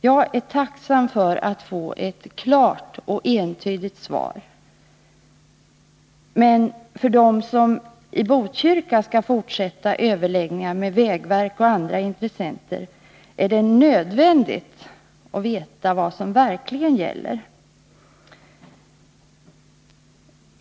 Jag är tacksam för ett klart och entydigt svar. För dem som i Botkyrka skall fortsätta överläggningar med vägverk och andra intressenter är det nödvändigt att veta vad som verkligen gäller.